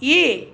ये